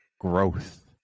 growth